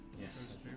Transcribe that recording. Yes